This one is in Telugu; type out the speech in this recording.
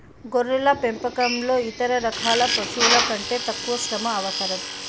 గొర్రెల పెంపకంలో ఇతర రకాల పశువుల కంటే తక్కువ శ్రమ అవసరం